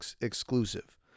exclusive